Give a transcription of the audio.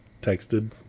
Texted